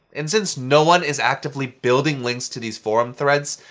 and since no one is actively building links to these forum threads,